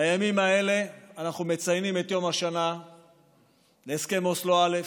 בימים האלה אנחנו מציינים את יום השנה להסכם אוסלו א'